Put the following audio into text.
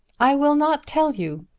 i will not tell you.